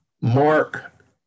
Mark